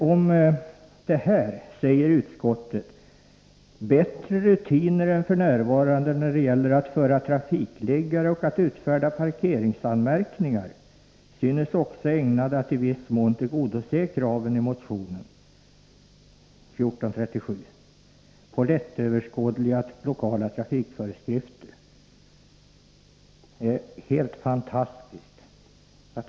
Om detta säger utskottet: ”Bättre rutiner än f. n. när det gäller att föra trafikliggare och att utfärda parkeringsanmärkningar synes också ägnade att i viss mån tillgodose kraven i motion 1982/83:1437 på lättöverskådliga lokala trafikföreskrifter.” Helt fantastiskt!